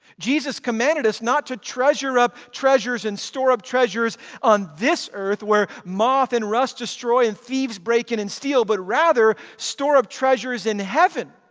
jesus commanded us not to treasure up treasures and store up treasures on this earth, where moth and rust destroy and thieves break in and steal, but rather store up treasures in heaven